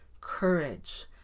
courage